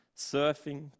surfing